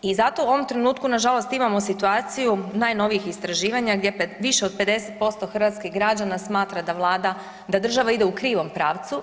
I zato u ovom trenutku na žalost imamo situaciju najnovijih istraživanja gdje više od 50% hrvatskih građana smatra da Vlada, da država ide u krivom pravcu.